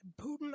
Putin